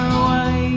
away